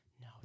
No